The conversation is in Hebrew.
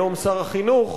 היום שר החינוך,